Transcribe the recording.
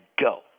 go